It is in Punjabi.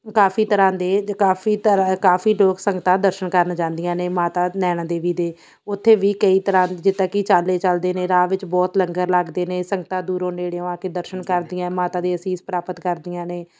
ਕਾਫੀ ਤਰ੍ਹਾਂ ਦੇ ਕਾਫੀ ਤਰ੍ਹਾਂ ਕਾਫੀ ਲੋਕ ਸੰਗਤਾਂ ਦਰਸ਼ਨ ਕਰਨ ਜਾਂਦੀਆਂ ਨੇ ਮਾਤਾ ਨੈਣਾ ਦੇਵੀ ਦੇ ਉੱਥੇ ਵੀ ਕਈ ਤਰ੍ਹਾਂ ਦੇ ਜਿੱਦਾਂ ਕਿ ਚਾਲੇ ਚਲਦੇ ਨੇ ਰਾਹ ਵਿੱਚ ਬਹੁਤ ਲੰਗਰ ਲੱਗਦੇ ਨੇ ਸੰਗਤਾਂ ਦੂਰੋਂ ਨੇੜਿਓਂ ਆ ਕੇ ਦਰਸ਼ਨ ਕਰਦੀਆਂ ਮਾਤਾ ਦੇ ਅਸੀਸ ਪ੍ਰਾਪਤ ਕਰਦੀਆਂ ਨੇ